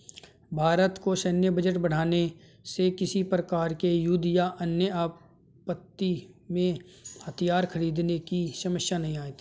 भारत का सैन्य बजट बढ़ाने से किसी प्रकार के युद्ध या अन्य आपत्ति में हथियार खरीदने की समस्या नहीं आती